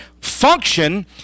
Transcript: function